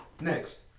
Next